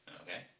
Okay